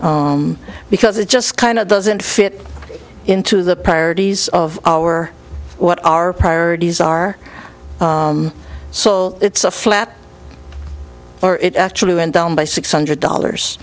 because it just kind of doesn't fit into the priorities of our what our priorities are so it's a flap or it actually went down by six hundred dollars